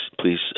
please